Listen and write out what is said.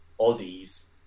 Aussies